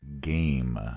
game